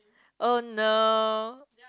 oh no